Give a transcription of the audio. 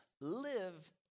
live